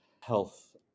Health